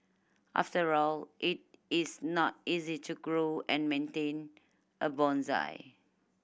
after all it is not easy to grow and maintain a bonsai